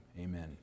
amen